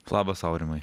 labas aurimai